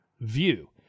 view